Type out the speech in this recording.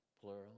plural